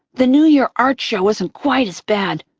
the new year art show wasn't quite as bad,